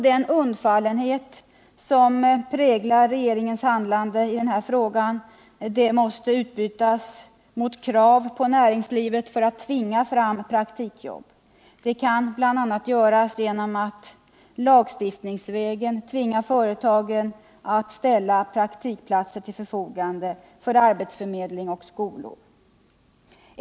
Den undfallenhet som präglar regeringens handlande i den här frågan måste utbytas mot krav på näringslivet för att på så sätt tvinga fram praktikjobb. Det kan bl.a. ske genom att man lagstiftningsvägen tvingar företagen att ställa praktikplatser till förfogande för arbetsförmedling och skolor.